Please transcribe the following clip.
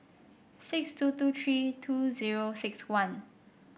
six two two three two zero six one